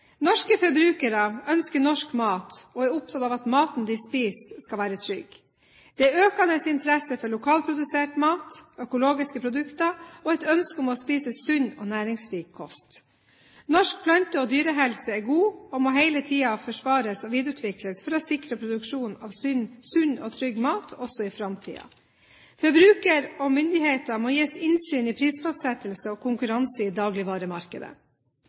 Norske forbrukere ønsker norsk mat og er opptatt av at maten de spiser, skal være trygg. Det er økende interesse for lokalprodusert mat, økologiske produkter og et ønske om å spise sunn og næringsrik kost. Norsk plante- og dyrehelse er god og må hele tiden forsvares og videreutvikles for å sikre produksjonen av sunn og trygg mat også i framtiden. Forbruker og myndigheter må gis innsyn i prisfastsettelse og konkurranse i dagligvaremarkedet.